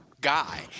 guy